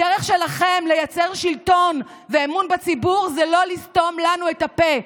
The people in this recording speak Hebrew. הדרך שלכם לייצר שלטון ואמון בציבור היא לא לסתום לנו את הפה,